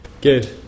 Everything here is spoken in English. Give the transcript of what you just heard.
Good